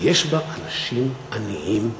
ויש בה אנשים עניים מאוד.